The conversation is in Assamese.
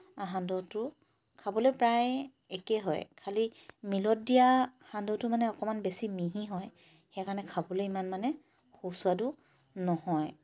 সান্দহটো খাবলৈ প্ৰায় একেই হয় খালি মিলত দিয়া সান্দহটো মানে অকণমান বেছি মিহি হয় সেইকাৰণে খাবলৈ ইমান মানে সুস্বাদু নহয়